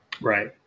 right